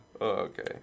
Okay